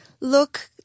look